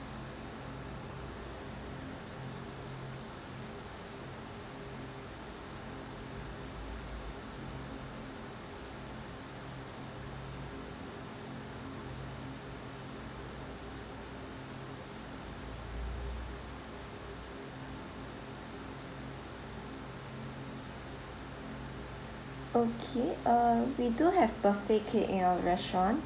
okay uh we do have birthday cake in our restaurant